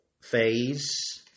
phase